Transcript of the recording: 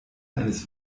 eines